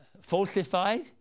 falsified